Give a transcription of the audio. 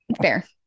Fair